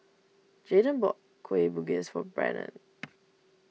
Jaeden bought Kueh Bugis for Brennon